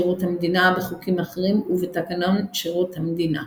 שירות המדינה, בחוקים אחרים ובתקנון שירות המדינה.